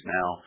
now